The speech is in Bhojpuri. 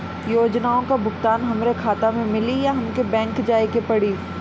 योजनाओ का भुगतान हमरे खाता में मिली या हमके बैंक जाये के पड़ी?